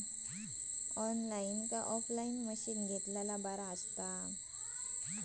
Online काय offline मशीनी घेतलेले बरे आसतात?